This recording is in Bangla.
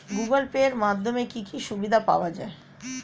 গুগোল পে এর মাধ্যমে কি কি সুবিধা পাওয়া যায়?